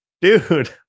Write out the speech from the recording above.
Dude